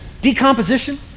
Decomposition